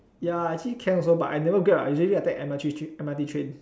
ya actually can also but I never Grab lah I usually I take M_R_T tr~ M_R_T train